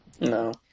No